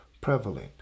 prevalent